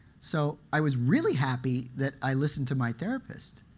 so i was really happy that i listened to my therapist.